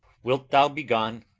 wilt thou be gone?